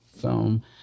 film